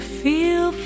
feel